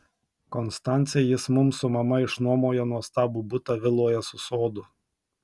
konstance jis mums su mama išnuomojo nuostabų butą viloje su sodu